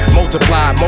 multiply